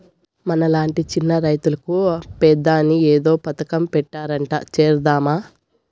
మనలాంటి చిన్న రైతులకు పెదాని ఏదో పథకం పెట్టారట చేరదామా